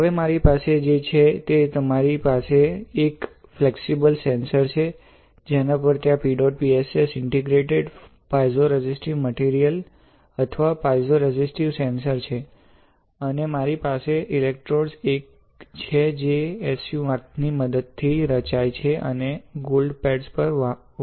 હવે મારી પાસે જે છે તે મારી પાસે એક ફ્લેક્સિબલ સેન્સર છે જેના પર ત્યાં PEDOTPSS ઇન્ટિગ્રેટેડ પાઇઝોરેઝિસ્ટીવ મટીરિયલ અથવા પાઇઝોરેઝિસ્ટીવ સેન્સર છે અને મારી પાસે ઇલેક્ટ્રોડ 1 છે જે SU 8 ની મદદથી રચાય છે જે ગોલ્ડ પેડ પર વહન કરે છે